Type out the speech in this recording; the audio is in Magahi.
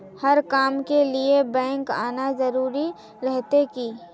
हर काम के लिए बैंक आना जरूरी रहते की?